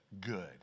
good